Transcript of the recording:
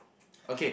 okay